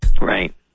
Right